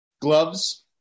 gloves